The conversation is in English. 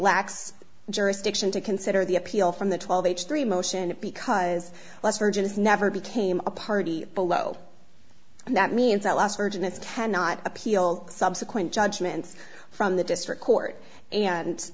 lacks jurisdiction to consider the appeal from the twelve h three motion because less urgent is never became a party below and that means that last word in its cannot appeal subsequent judgments from the district court and